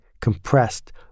compressed